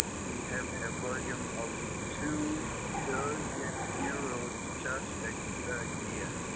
we have a volume of two billion euros church tax per year.